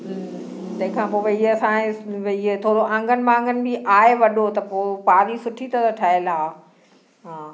तंहिंखा पोइ भई असां भई इहो आहिनि वाङन आहे वॾो त पोइ पारी सुठी तरह ठहियल आहे